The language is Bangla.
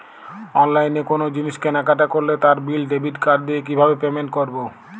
অনলাইনে কোনো জিনিস কেনাকাটা করলে তার বিল ডেবিট কার্ড দিয়ে কিভাবে পেমেন্ট করবো?